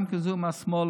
גם כזאת מהשמאל,